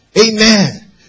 Amen